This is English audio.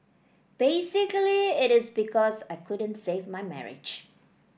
basically it is because I couldn't save my marriage